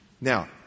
Now